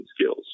skills